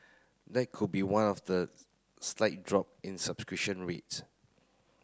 that could be one of the slight drop in subscription rates